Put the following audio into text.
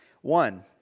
One